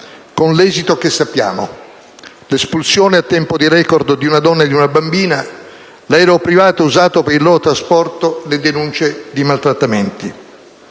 con l'esito che sappiamo: l'espulsione a tempo di *record* di una donna e di una bambina, l'aereo privato usato per il loro trasporto, le denunce per maltrattamenti.